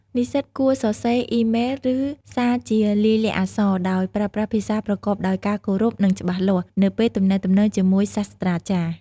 និស្សិតគួរសរសេរ អ៊ីមែល ឬសារជាលាយលក្ខណ៍អក្សរ ដោយប្រើប្រាស់ភាសាប្រកបដោយការគោរព និងច្បាស់លាស់ នៅពេលទំនាក់ទំនងជាមួយសាស្រ្តាចារ្យ។